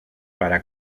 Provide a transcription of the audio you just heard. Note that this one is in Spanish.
para